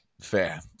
fair